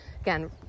again